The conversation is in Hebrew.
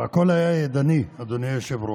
והכול היה ידני, אדוני היושב-ראש.